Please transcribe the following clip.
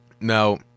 Now